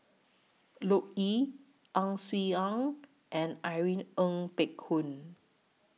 Loke Yew Ang Swee Aun and Irene Ng Phek Hoong